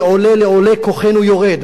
מעולה לעולה כוחנו יורד,